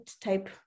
type